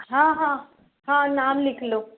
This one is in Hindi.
हाँ हाँ हाँ नाम लिख लो